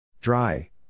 Dry